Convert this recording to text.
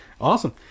Awesome